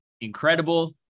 incredible